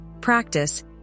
practice